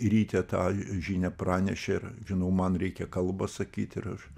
ryte tą žinią pranešė žinau man reikia kalbą sakyt ir aš